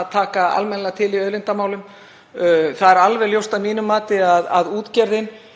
að taka almennilega til í auðlindamálum. Það er alveg ljóst að mínu mati að útgerðin